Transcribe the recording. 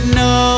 no